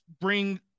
bring